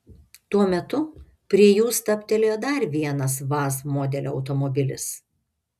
tuo metu prie jų stabtelėjo dar vienas vaz modelio automobilis